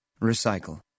Recycle